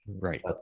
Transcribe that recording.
right